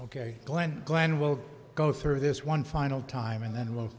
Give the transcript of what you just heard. ok glenn glenn will go through this one final time and then we'll